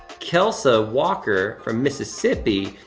kelsa walker from mississippi.